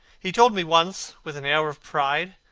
he told me once, with an air of pride,